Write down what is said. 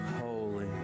holy